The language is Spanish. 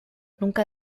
nunca